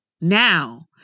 Now